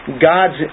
God's